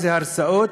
איזה הרצאות.